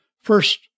first